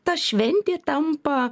ta šventė tampa